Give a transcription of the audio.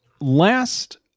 last